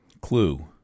Clue